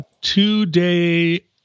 two-day